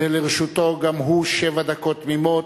וגם לרשותו שבע דקות תמימות.